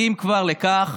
הסכים כבר לכך